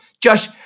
Josh